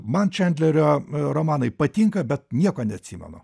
man čandlerio romanai patinka bet nieko neatsimenu